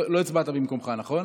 לא הצבעת במקומך, נכון?